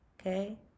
Okay